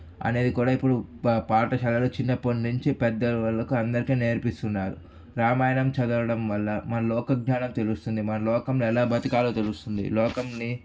అనేది కూడా ఇప్పుడు పాఠశాలలో చిన్నప్పటినుంచి పెద్దల వరకు అందరికీ నేర్పిస్తున్నారు రామాయణం చదవడం వల్ల మన లోకజ్ఞానం తెలుస్తుంది మన లోకంలో ఎలా బ్రతకాలో తెలుస్తుంది లోకంని